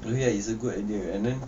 no ya it's a good idea and then